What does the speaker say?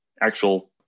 actual